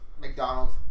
McDonald's